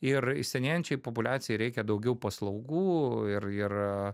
ir senėjančiai populiacijai reikia daugiau paslaugų ir ir